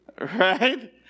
Right